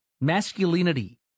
masculinity